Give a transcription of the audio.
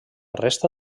resta